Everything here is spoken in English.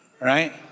Right